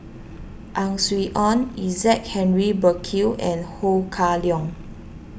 Ang Swee Aun Isaac Henry Burkill and Ho Kah Leong